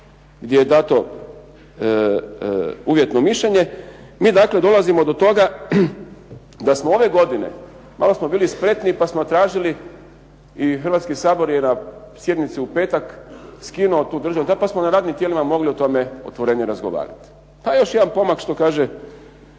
gdje je dato uvjetno mišljenje. I dakle dolazimo do toga da smo ove godine, malo smo bili spretniji pa smo tražili i Hrvatski sabor je na sjednici u petak skinuo tu državnu pa smo na radnim tijelima mogli o tome otvorenije razgovarati. Pa još jedan pomak, što kaže